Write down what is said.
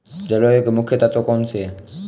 जलवायु के मुख्य तत्व कौनसे हैं?